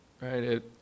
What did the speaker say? right